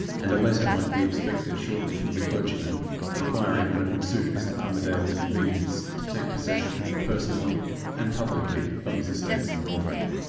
and a letter might be expected shortly from the clergyman inquiring when it would suit mr. armadale's convenience to take possession personally and publicly of his estates in norfolk.